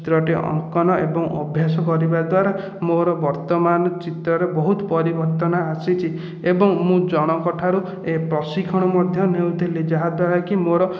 ଚିତ୍ରଟି ଅଙ୍କନ ଏବଂ ଅଭ୍ୟାସ କରିବା ଦ୍ୱାରା ମୋର ବର୍ତ୍ତମାନ ଚିତ୍ରରେ ବହୁତ ପରିବର୍ତ୍ତନ ଆସିଛି ଏବଂ ମୁଁ ଜଣଙ୍କଠାରୁ ଏ ପ୍ରଶିକ୍ଷଣ ମଧ୍ୟ ନେଉଥିଲି ଯାହାଦ୍ଵାରା କି ମୋର